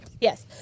Yes